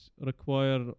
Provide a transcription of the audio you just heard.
require